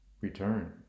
Return